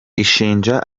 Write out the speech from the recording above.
ishinja